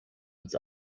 ins